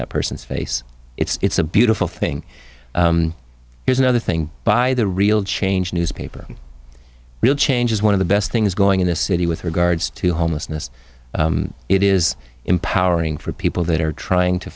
that person's face it's a beautiful thing here's another thing by the real change newspaper real change is one of the best things going in the city with regards to homelessness it is empowering for people that are trying to